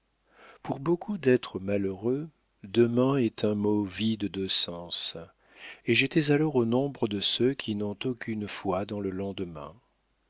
pour beaucoup d'êtres malheureux demain est un mot vide de sens et j'étais alors au nombre de ceux qui n'ont aucune foi dans le lendemain